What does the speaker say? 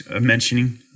mentioning